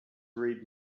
read